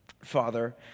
Father